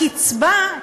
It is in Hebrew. הקצבה,